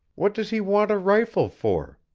what does he want a rifle for?